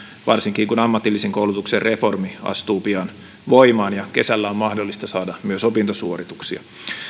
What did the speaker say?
varsinkin kun ammatillisen koulutuksen reformi astuu pian voimaan ja kesällä on mahdollista saada opintosuorituksia